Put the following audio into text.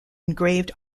engraved